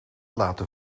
laten